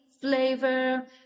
flavor